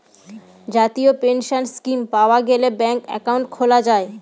জাতীয় pension scheme পাওয়া গেলে ব্যাঙ্কে একাউন্ট খোলা যায়